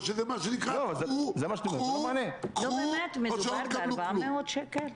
או מה שנקראו, קחו, או שלא תקבלו כלום?